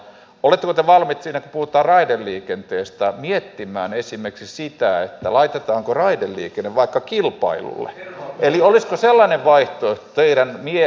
oletteko te valmiit kun puhutaan raideliikenteestä miettimään esimerkiksi sitä laitetaanko raideliikenne vaikka kilpailulle eli olisiko sellainen vaihtoehto teidän mieleenne